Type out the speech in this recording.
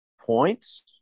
Points